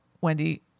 wendy